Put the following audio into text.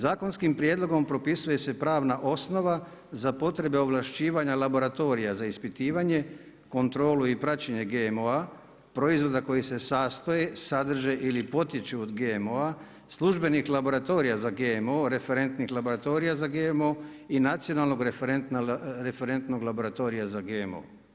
Zakonskim prijedlogom propisuje se pravna osnova, za potrebe ovlašćivanja laboratorija za ispitivanje, kontrolu i praćenje GMO, proizvoda koji se sastoje, sadrže ili potiču od GMO-a, službenih laboratorija za GMO, referentnih laboratorija za GMO i nacionalnog referentnog laboratorija za GMO.